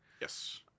Yes